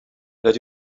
that